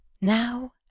Now